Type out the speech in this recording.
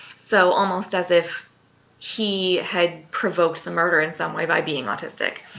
so almost as if he had provoked the murder in some way by being autistic.